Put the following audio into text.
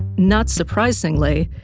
not surprisingly,